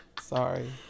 Sorry